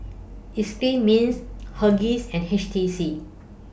Eclipse Mints Huggies and H T C